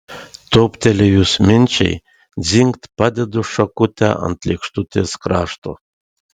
toptelėjus minčiai dzingt padedu šakutę ant lėkštutės krašto